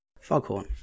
Foghorn